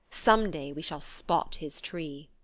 some day we shall spot his tree.